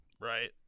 Right